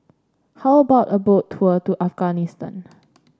how about a Boat Tour to Afghanistan